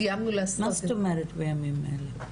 סיימנו לעשות- -- מה זאת אומרת בימים אלה?